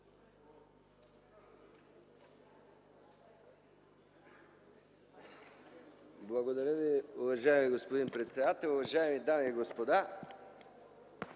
Благодаря Ви, уважаеми господин председател. Уважаеми дами и господа,